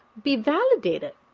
be validated,